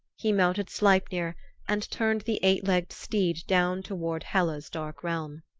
he mounted sleipner and turned the eight-legged steed down toward hela's dark realm.